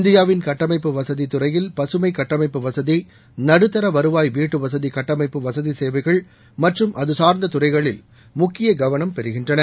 இந்தியாவின் கட்டுமான வசதி துறையில் பசுமை கட்டுமான வசதி நடுத்தர வருவாய் வீட்டுவசதி கட்டுமான வசதி சேவைகள் மற்றும் அது சார்ந்த துறைகளில் முக்கிய கவனம் பெறுகின்றன